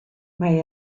mae